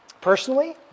Personally